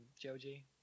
Joji